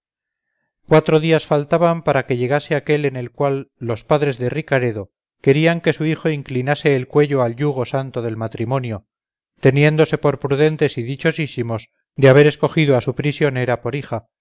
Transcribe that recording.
cuatro días faltaban para llegarse aquel en el cual sus padres de ricaredo querían que su hijo inclinase el cuello al yugo santo del matrimonio teniéndose por prudentes y dichosísimos de haber escogido a su prisionera por su hija